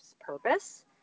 purpose